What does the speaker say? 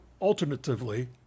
alternatively